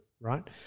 Right